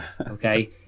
okay